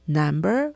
number